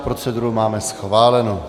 Proceduru máme schválenu.